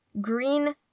green